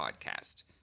podcast